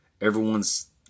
everyone's